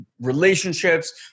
relationships